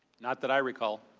not that i recall.